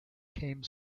came